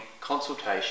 consultation